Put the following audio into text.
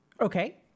okay